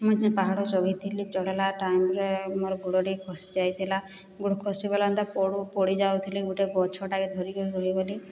ମୁଇଁ ଯେନ୍ ପାହାଡ଼ ଚଢ଼ିଥିଲି ଚଢ଼ଲା ଟାଇମ୍ରେ ମୋର ଗୋଡ଼ ଟିକେ ଖସି ଯାଇଥିଲା ଗୋଡ଼ ଖସିଗଲା ଯେନ୍ତା ପଡ଼ୁ ପଡ଼ି ଯାଉଥିଲି ଗୋଟିଏ ଗଛଟାକେ ଧରିକରି ରହିଗଲି